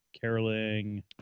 Caroling